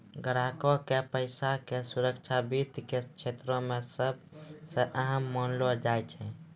ग्राहको के पैसा के सुरक्षा वित्त के क्षेत्रो मे सभ से अहम मानलो जाय छै